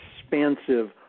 expansive